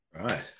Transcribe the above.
Right